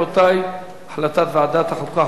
הצעת ועדת החוקה,